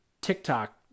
TikTok